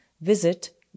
visit